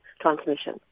transmission